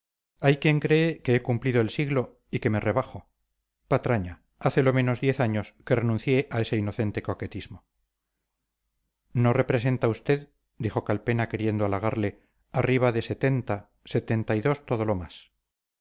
hay quien cree que he cumplido el siglo y que me rebajo patraña hace lo menos diez años que renuncié a ese inocente coquetismo no representa usted dijo calpena queriendo halagarle arriba de setenta setenta y dos todo lo más